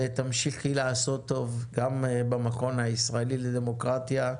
תמשיכי לעשות טוב גם במכון הישראלי לדמוקרטיה,